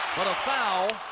but a foul.